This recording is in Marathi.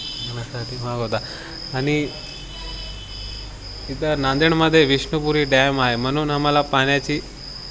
लग्नासाठी मागवतात आणि इथं नांदेडमध्ये विष्णुपुरी डॅम आहे म्हणून आम्हाला पाण्याची